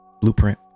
Blueprint